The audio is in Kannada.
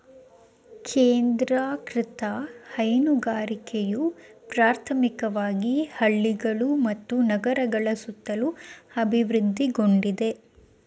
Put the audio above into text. ಕೇಂದ್ರೀಕೃತ ಹೈನುಗಾರಿಕೆಯು ಪ್ರಾಥಮಿಕವಾಗಿ ಹಳ್ಳಿಗಳು ಮತ್ತು ನಗರಗಳ ಸುತ್ತಲೂ ಅಭಿವೃದ್ಧಿಗೊಂಡಿದೆ